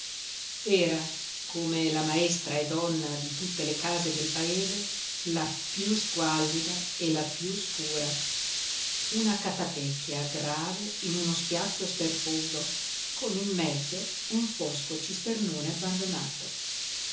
era come la maestra e donna di tutte le case del paese la piú squallida e la piú scura una catapecchia grave in uno spiazzo sterposo con in mezzo un fosco cisternone abbandonato